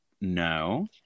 No